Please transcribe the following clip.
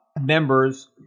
members